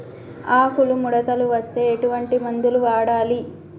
ఆకులు ముడతలు వస్తే ఎటువంటి మందులు వాడాలి?